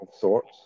sorts